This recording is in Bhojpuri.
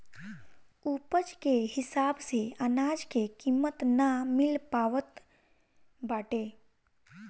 उपज के हिसाब से अनाज के कीमत ना मिल पावत बाटे